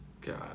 God